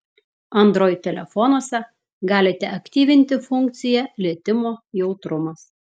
android telefonuose galite aktyvinti funkciją lietimo jautrumas